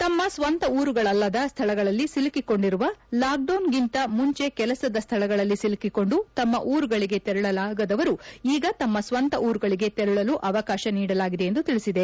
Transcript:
ತಮ್ಮ ಸ್ವಂತ ಊರುಗಳಲ್ಲದ ಸ್ಥಳಗಳಲ್ಲಿ ಸಿಲುಕಿಕೊಂಡಿರುವ ಲಾಕ್ಡೌನ್ಗಿಂತ ಮುಂಜೆ ಕೆಲಸದ ಸ್ವಳಗಳಲ್ಲಿ ಸಿಲುಕಿಕೊಂಡು ತಮ್ಮ ಊರುಗಳಿಗೆ ತೆರಳಲಾಗದವರು ಈಗ ತಮ್ಮ ಸ್ವಂತ ಊರುಗಳಿಗೆ ತೆರಳು ಅವಕಾಶ ನೀಡಲಾಗಿದೆ ಎಂದು ತಿಳಿಸಿದೆ